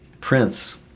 Prince